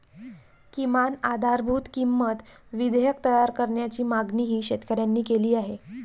किमान आधारभूत किंमत विधेयक तयार करण्याची मागणीही शेतकऱ्यांनी केली आहे